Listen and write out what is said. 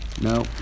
No